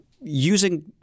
using